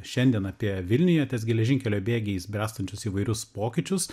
šiandien apie vilniuje ties geležinkelio bėgiais bręstančius įvairius pokyčius